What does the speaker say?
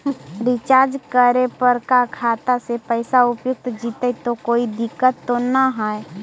Recharge करे पर का खाता से पैसा उपयुक्त जितै तो कोई दिक्कत तो ना है?